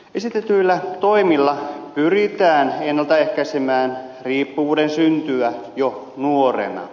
esitetyillä toimilla pyritään ennalta ehkäisemään riippuvuuden syntyä jo nuorena